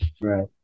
Right